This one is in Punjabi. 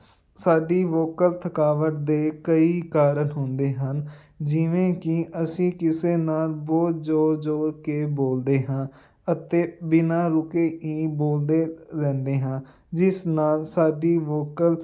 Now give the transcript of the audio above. ਸਾਡੀ ਵੋਕਲ ਥਕਾਵਟ ਦੇ ਕਈ ਕਾਰਕ ਹੁੰਦੇ ਹਨ ਜਿਵੇਂ ਕਿ ਅਸੀਂ ਕਿਸੇ ਨਾਲ ਬਹੁਤ ਜੋਰ ਜੋਰ ਕੇ ਬੋਲਦੇ ਹਾਂ ਅਤੇ ਬਿਨਾਂ ਰੁਕੇ ਹੀ ਬੋਲਦੇ ਰਹਿੰਦੇ ਹਾਂ ਜਿਸ ਨਾਲ ਸਾਡੀ ਵੋਕਲ